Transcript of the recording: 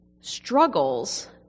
struggles